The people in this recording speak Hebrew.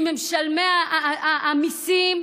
ממשלמי המיסים,